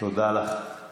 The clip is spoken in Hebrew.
תודה לך.